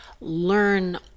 learn